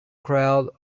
crowd